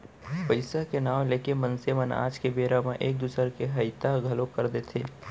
पइसा के नांव लेके मनसे मन आज के बेरा म एक दूसर के हइता घलौ कर देथे